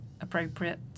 appropriate